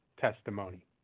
testimony